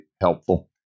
helpful